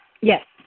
Yes